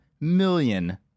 million